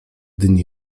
dni